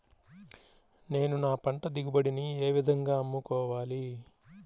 నేను నా పంట దిగుబడిని ఏ విధంగా అమ్ముకోవాలి?